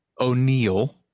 O'Neill